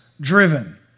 driven